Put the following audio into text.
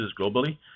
globally